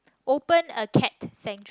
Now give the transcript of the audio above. open a cat sanctuary